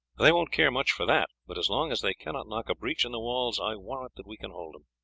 they won't care much for that. but as long as they cannot knock a breach in the walls i warrant that we can hold them.